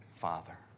Father